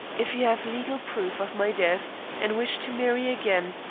if you have legal proof of my death and wish to marry again,